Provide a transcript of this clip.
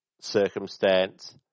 Circumstance